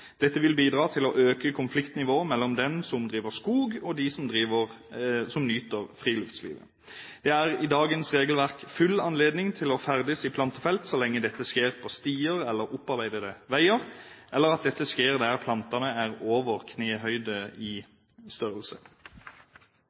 Dette vil bidra til å øke konfliktnivået mellom dem som driver skog og dem som nyter friluftslivet. Man har med dagens regelverk full anledning til å ferdes i plantefelt, så lenge dette skjer på stier eller opparbeidede veier, eller at dette skjer der plantene er over knehøyde i størrelse.